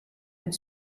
end